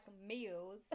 meals